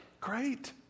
Great